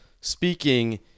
speaking